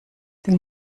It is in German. den